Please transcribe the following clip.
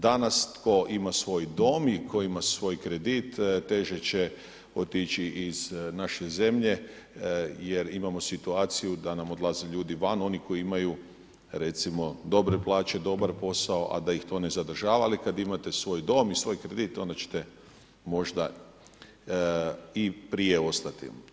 Danas tko ima svoj dom i tko ima svoj kredit teže će otići iz naše zemlje jer imamo situaciju da nam odlaze ljudi van, oni koji imaju recimo dobre plaće, dobar posao, a da ih to ne zadržava, ali kada imate svoj dom i svoj kredit, onda ćete možda i prije ostati.